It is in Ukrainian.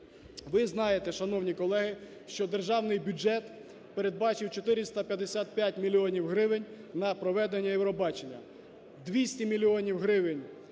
Ви знаєте, шановні колеги, що державний бюджет передбачив 455 мільйонів гривень на проведення Євробачення. 200 мільйонів